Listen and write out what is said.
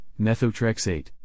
methotrexate